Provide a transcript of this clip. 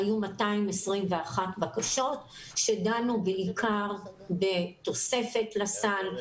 היו 221 בקשות שדנו בעיקר בתוספת לסל,